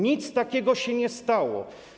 Nic takiego się nie stało.